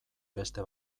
beste